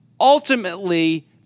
ultimately